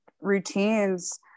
routines